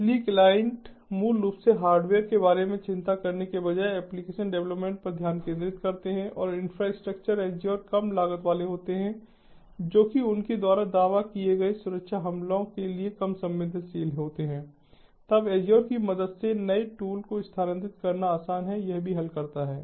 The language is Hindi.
इसलिए क्लाइंट मूल रूप से हार्डवेयर के बारे में चिंता करने के बजाय एप्लिकेशन डेवलपमेंट पर ध्यान केंद्रित करते हैं और इंफ्रास्ट्रक्चर एज़्योर कम लागत वाले होते हैं जो कि उनके द्वारा दावा किए गए सुरक्षा हमलों के लिए कम संवेदनशील होते हैं तब एज़्योर की मदद से नए टूल को स्थानांतरित करना आसान है यह भी हल करता है